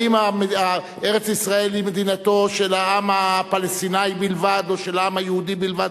האם ארץ-ישראל היא מדינתו של העם הפלסטיני בלבד או של העם היהודי בלבד,